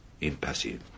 impassive